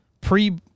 pre